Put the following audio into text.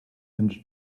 and